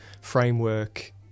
framework